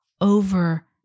over